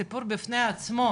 סיפור בפני עצמו.